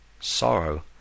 sorrow